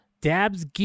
Dabs